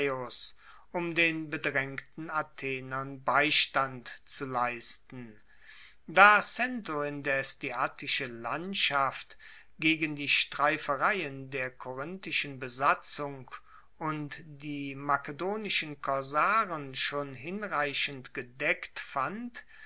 um den bedraengten athenern beistand zu leisten da cento indes die attische landschaft gegen die streifereien der korinthischen besatzung und die makedonischen korsaren schon hinreichend gedeckt fand